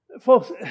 Folks